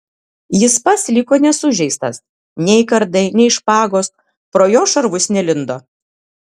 jis pats liko nesužeistas nei kardai nei špagos pro jo šarvus nelindo